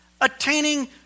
attaining